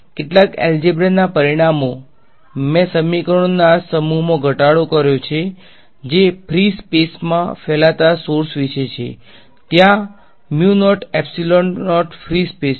કેટલાક એલ્જેબ્રાના પરિણામે મેં સમીકરણોના આ સમૂહોમાં ઘટાડો કર્યો છે જે ફ્રી સેપ્સમાં ફેલાતા સોર્સ વિશે છે ત્યાં ફ્રી સ્પેસ છે